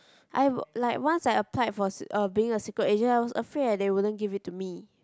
I w~ like once I applied for s~ uh being a secret agent I was afraid that they wouldn't give it to me